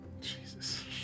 Jesus